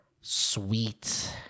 sweet